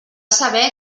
saber